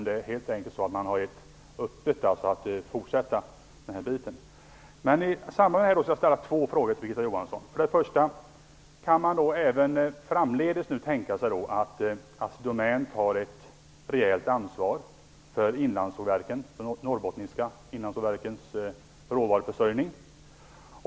Det är helt enkelt så att man har lämnat öppet för en fortsättning. I samband med detta skulle jag vilja ställa två frågor till Birgitta Johansson. För det första: Kan man även framdeles tänka sig att Assi Domän tar ett rejält ansvar för de norrbottniska inlandssågverkens råvaruförsörjning?